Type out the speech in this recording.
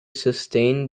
sustained